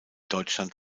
deutschland